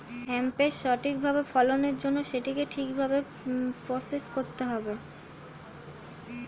হেম্পের সঠিক ফলনের জন্য সেটিকে ঠিক ভাবে প্রসেস করতে হবে